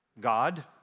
God